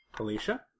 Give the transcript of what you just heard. Alicia